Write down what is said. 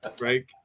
right